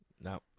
No